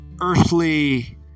earthly